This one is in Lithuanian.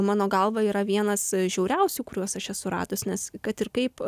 mano galva yra vienas žiauriausių kuriuos aš esu radus nes kad ir kaip